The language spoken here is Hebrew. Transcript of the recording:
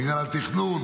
מינהל תכנון